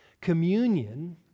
Communion